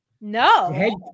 no